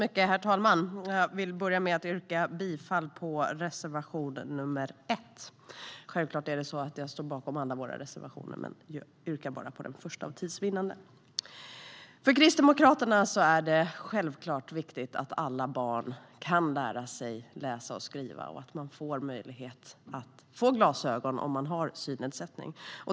Herr talman! Jag vill börja med att yrka bifall till reservation 1. Jag står självklart bakom alla våra reservationer, men för tids vinnande yrkar jag bifall bara till den första. För Kristdemokraterna är det självfallet viktigt att alla barn kan lära sig att läsa och skriva och får möjlighet att få glasögon om de har synnedsättning.